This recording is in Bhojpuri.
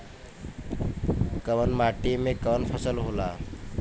कवन माटी में कवन फसल हो ला?